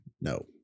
No